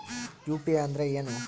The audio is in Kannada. ಯು.ಪಿ.ಐ ಅಂದ್ರೆ ಏನು?